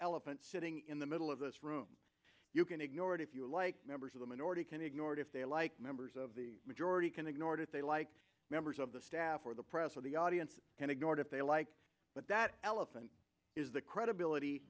elephant sitting in the middle of this room you can ignore it if you like members of the minority can ignore it if they like members of the majority can ignore it if they like members of the staff or the press or the audience and ignore it if they like but that elephant is the credibility